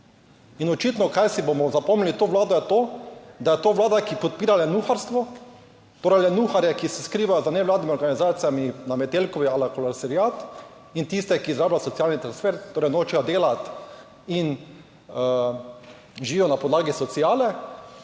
In očitno, kaj si bomo zapomnili to vlado je to, da je to vlada, ki podpira lenuharstvo, torej lenuharje, ki se skrivajo za nevladnimi organizacijami na Metelkovi ala kolesariat in tiste, ki izrablja socialni transfer, torej nočejo delati in živijo na podlagi sociale.